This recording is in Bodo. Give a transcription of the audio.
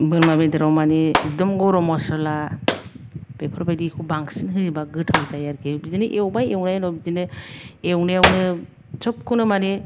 बोरमा बेदराव माने एखदम गरम मस'ला बेफोरबादिखौ बांसिन होयोबा गोथाव जायो आरोखि बिदिनो एवबाय एवनायनि उनाव बिदिनो एवनायावनो सोबखौनो माने